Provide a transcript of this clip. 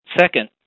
Second